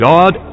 God